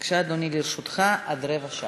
בבקשה, אדוני, לרשותך עד רבע שעה.